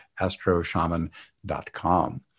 astroshaman.com